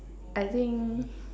I think